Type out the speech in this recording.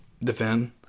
defend